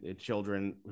children